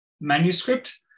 manuscript